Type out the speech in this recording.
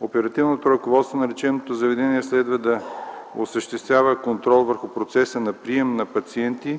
Оперативното ръководство на лечебното заведение следва да осъществява контрол върху процеса на прием на пациенти